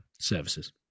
services